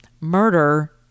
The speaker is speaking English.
Murder